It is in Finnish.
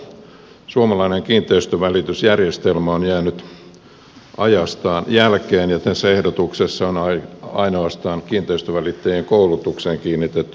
minusta suomalainen kiinteistönvälitysjärjestelmä on jäänyt ajastaan jälkeen ja tässä ehdotuksessa on ainoastaan kiinteistönvälittäjien koulutukseen kiinnitetty huomiota